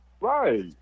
Right